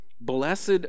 Blessed